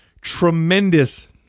tremendous